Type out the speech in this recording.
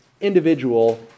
individual